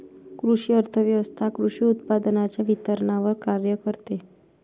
कृषी अर्थव्यवस्वथा कृषी उत्पादनांच्या वितरणावर कार्य करते